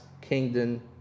kingdom